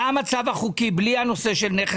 מה המצב החוקי שלו?